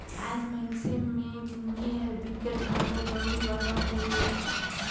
आएज मइनसे मे जिनगी हर बिकट भागा दउड़ी वाला होये गइसे